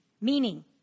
Meaning